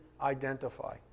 identify